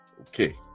Okay